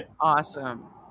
Awesome